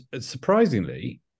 surprisingly